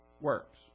works